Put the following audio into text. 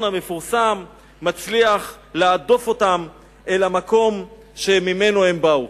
המפורסם מצליח להדוף אותם אל המקום שממנו הם באו.